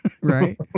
Right